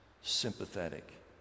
sympathetic